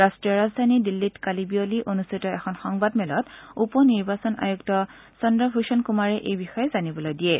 ৰাষ্ট্ৰীয় ৰাজধানী দিন্নীত কালি বিয়লি অনুষ্ঠিত এখন সংবাদ মেলত উপ নিৰ্বাচন আয়ুক্ত চন্দ্ৰ ভূষণ কুমাৰে এই বিষয়ে জানিবলৈ দিয়ে